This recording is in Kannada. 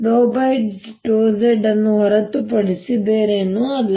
mx∂xmy∂ymz∂z ಅನ್ನು ಹೊರತುಪಡಿಸಿ ಬೇರೇನೂ ಅಲ್ಲ